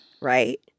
right